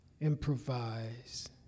improvise